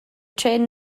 trên